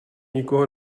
nikoho